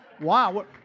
Wow